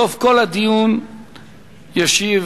בסוף כל הדיון ישיב